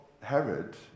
Herod